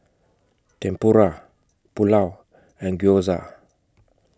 Tempura Pulao and Gyoza